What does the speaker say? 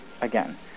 again